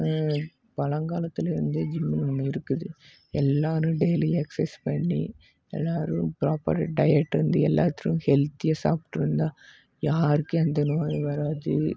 பழங்காலத்துலேயும் வந்து ஜிம்முன்னு ஒன்று இருக்குது எல்லோரும் டெய்லியும் எக்ஸசைஸ் பண்ணி எல்லோரும் ப்ராபப்பராக டயட் இருந்து எல்லாத்துலேயும் ஹெல்த்தியாக சாப்பிட்டு இருந்தால் யாருக்கும் எந்த நோயும் வராது